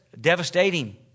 devastating